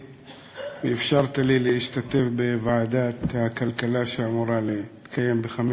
שאפשרת לי להשתתף בישיבת ועדת הכלכלה שאמורה להתקיים ב-17:00.